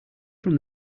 from